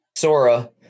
Sora